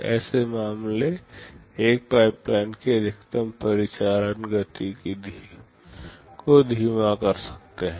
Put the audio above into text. ऐसे मामले एक पाइपलाइन की अधिकतम परिचालन गति को धीमा कर सकते हैं